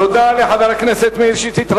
תודה לחבר הכנסת מאיר שטרית.